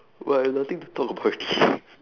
but I nothing to talk about already